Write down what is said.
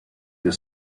the